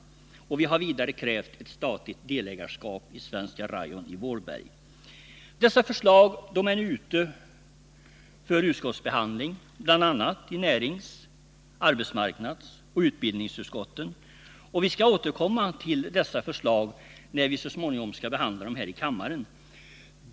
Vi har vidare krävt ett statligt delägarskap i Svenska Rayon i Vålberg. Dessa förslag är nu föremål för utskottsbehandling, bl.a. i närings-, arbetsmarknadsoch utbildningsutskotten, och vi skall återkomma till dessa förslag när vi så småningom skall behandla dem här i kammaren.